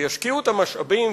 וישקיעו את המשאבים,